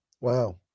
Wow